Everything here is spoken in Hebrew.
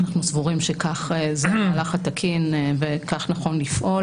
אנחנו סבורים שכך המהלך התקין וכך נכון לפעול.